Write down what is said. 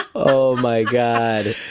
oh my god.